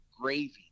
gravy